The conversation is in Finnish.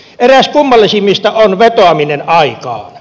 eräs kummallisimmista on vetoaminen aikaan